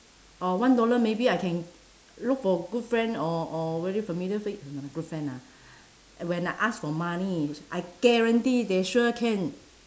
or one dollar maybe I can look for good friend or or very familiar face no lah good friend ah when I ask for money I guarantee they sure can